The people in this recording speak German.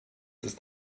ist